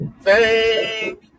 Thank